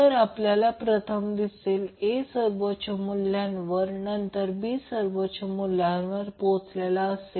तर आपल्याला प्रथम दिसेल A सर्वोच्च मुल्यावर नंतर B सर्वोच्च व्हॅल्यूवर पोहोचलेला दिसेल